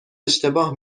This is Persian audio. اشتباه